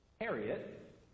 Harriet